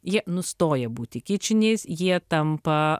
jie nustoja būti kičiniais jie tampa